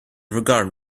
regard